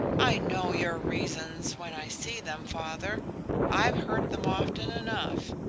i know your reasons when i see them, father i've heard them often enough.